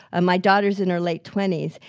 my daughter's in her late twenty s,